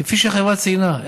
כפי שהחברה ציינה,